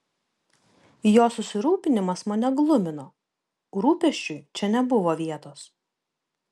jo susirūpinimas mane glumino rūpesčiui čia nebuvo vietos